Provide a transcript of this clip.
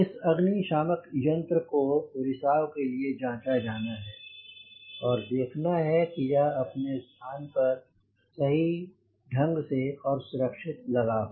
इस अग्निशामक यंत्र को रिसाव के लिए जांचा जाना है औय देखना है कि यह अपने स्थान पर सही ढंग से और सुरक्षित लगा हो